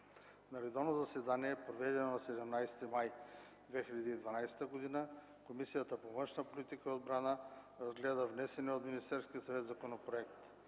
На редовно заседание, проведено на 27 януари 2011 г., Комисията по външна политика и отбрана разглежда внесения от Министерския съвет законопроект.